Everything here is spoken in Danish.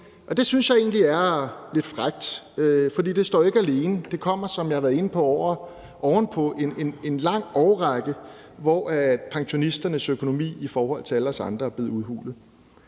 det synes jeg egentlig er lidt frækt, for det står ikke alene. Det kommer, som jeg har været inde på, oven på en lang årrække, hvor pensionisternes økonomi i forhold til alle os andre er blevet udhulet.